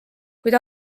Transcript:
kuid